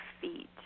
feet